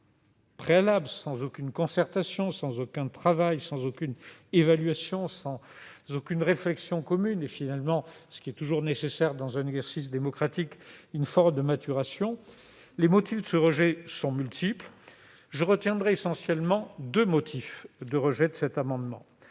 aucun préalable, sans aucune concertation, sans aucun travail, sans aucune évaluation, sans aucune réflexion commune et, finalement, alors que c'est toujours nécessaire dans un exercice démocratique, sans aucune forme de maturation -, les motifs de son rejet sont multiples. Je retiendrai essentiellement deux motifs de rejet de cet amendement.